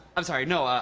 i'm sorry. no,